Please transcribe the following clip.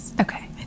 okay